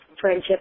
friendship